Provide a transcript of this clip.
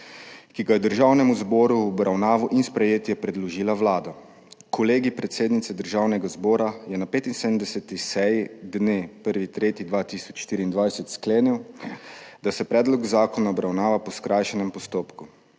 ki ga je Državnemu zboru v obravnavo in sprejetje predložila Vlada. Kolegij predsednice Državnega zbora je na 75. seji dne 1. 3. 2024 sklenil, da se predlog zakona obravnava po skrajšanem postopku.